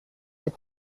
est